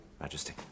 Majesty